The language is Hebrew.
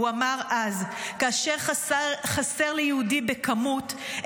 הוא אמר אז: "כאשר חסר ליהודי ב'כמות'